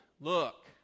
look